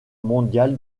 mondial